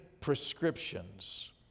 prescriptions